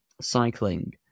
cycling